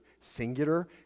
Singular